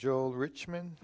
joel richmond